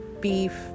beef